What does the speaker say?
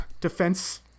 defense